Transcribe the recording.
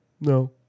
no